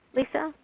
lisa?